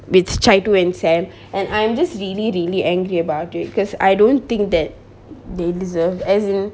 with chitu and sam and I'm just really really angry about it because I don't think that they deserve as in